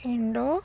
Indo